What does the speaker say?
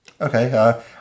Okay